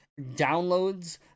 Downloads